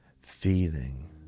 feeling